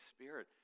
Spirit